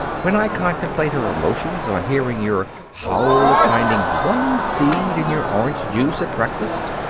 when i contemplate her emotions on hearing your howl at finding one seed in your orange juice at breakfast!